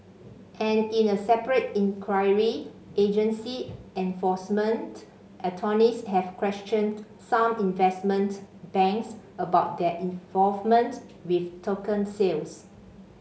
and in a separate inquiry agency enforcement attorneys have questioned some investment banks about their involvement with token sales